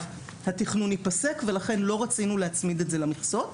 התכנון ייפסק ולכן לא רצינו להצמיד את זה למכסות